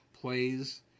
plays